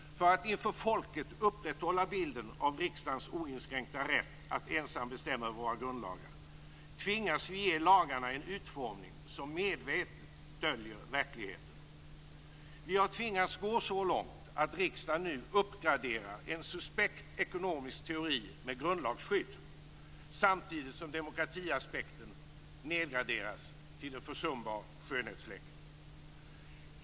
För att inför folket upprätthålla bilden av riksdagens oinskränkta rätt att ensam bestämma över våra grundlagar, tvingas vi ge lagarna en utformning som medvetet döljer verkligheten. Vi har tvingats gå så långt att riksdagen nu uppgraderar en suspekt ekonomisk teori med grundlagsskydd, samtidigt som demokratiaspekten nedgraderats till en försumbar skönhetsfläck.